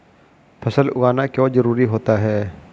फसल उगाना क्यों जरूरी होता है?